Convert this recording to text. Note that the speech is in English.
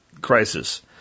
crisis